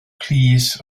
plîs